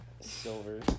silver